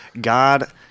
God